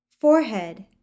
Forehead